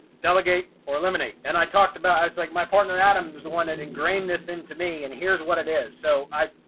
delegate or eliminate and i talked about as like my partner adam was the one that ingrain this into me and here's what it is. so i,